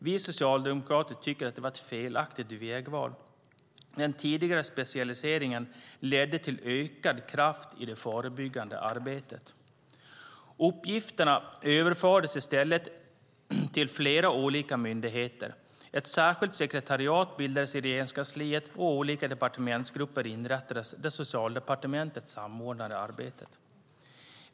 Vi socialdemokrater tycker att det var ett felaktigt vägval. Den tidigare specialiseringen ledde till ökad kraft i det förebyggande arbetet. Uppgifterna överfördes i stället till flera olika myndigheter, ett särskilt sekretariat bildades i Regeringskansliet och olika departementsarbetsgrupper inrättades där Socialdepartementet samordnar arbetet.